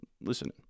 listen